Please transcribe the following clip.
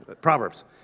Proverbs